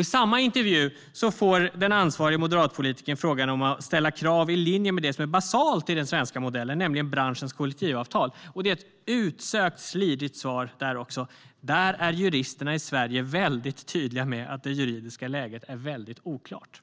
I samma intervju får den ansvarige moderatpolitikern frågan om att ställa krav i linje med det som är basalt i den svenska modellen, nämligen branschens kollektivavtal. Det blir ett utsökt slirigt svar där också: Där är juristerna i Sverige väldigt tydliga med att det juridiska läget är väldigt oklart.